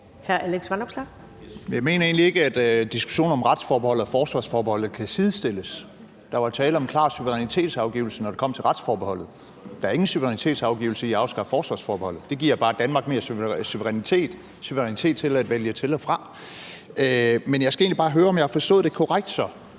om retsforbeholdet og forsvarsforbeholdet kan sidestilles. Der var tale om en klar suverænitetsafgivelse, når det kom til retsforbeholdet. Der er ingen suverænitetsafgivelse i at afskaffe forsvarsforbeholdet – det giver bare Danmark mere suverænitet, suverænitet til at vælge til og fra. Men jeg skal egentlig bare høre, om jeg har forstået det korrekt,